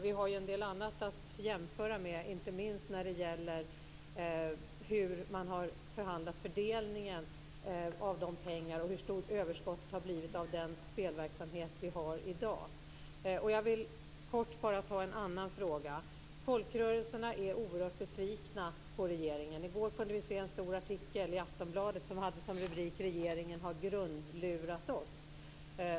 Vi har ju en del annat att jämföra med, inte minst när det gäller hur man har förhandlat i fråga om fördelningen av pengar och hur stort överskottet har blivit av den spelverksamhet vi har i dag. Jag vill bara kort ta upp en annan fråga. Folkrörelserna är oerhört besvikna på regeringen. I går kunde vi se en stor artikel i Aftonbladet som hade som rubrik: Regeringen har grundlurat oss.